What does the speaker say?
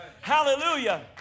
Hallelujah